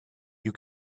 you